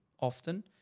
often